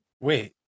wait